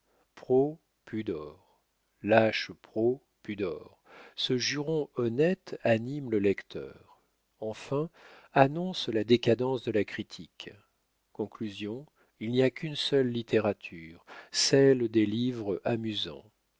pudor lâche proh pudor ce juron honnête anime le lecteur enfin annonce la décadence de la critique conclusion il n'y a qu'une seule littérature celle des livres amusants